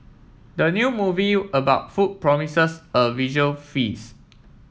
the new movie about food promises a visual feast